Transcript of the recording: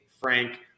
Frank